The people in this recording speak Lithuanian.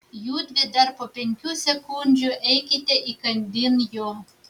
judvi dar po penkių sekundžių eikite įkandin jo